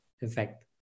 effect